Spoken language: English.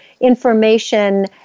information